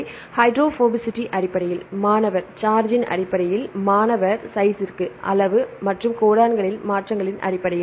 மாணவர் ஹைட்ரோபோபசிட்டி அடிப்படையில் மாணவர் சார்ஜ் ன் அடிப்படையில் மாணவர் ற்கு அளவு மற்றும் கோடன்களின் மாற்றங்களின் அடிப்படையில்